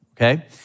Okay